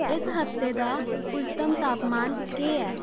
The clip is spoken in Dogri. इस हफ्ते दा उच्चतम तापमान केह् ऐ